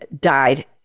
died